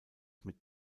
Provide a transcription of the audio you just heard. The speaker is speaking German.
mit